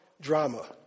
drama